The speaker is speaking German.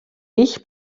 ich